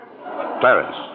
Clarence